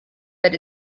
but